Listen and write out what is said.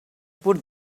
put